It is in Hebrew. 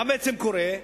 מה בעצם קורה?